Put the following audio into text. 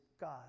God